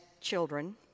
children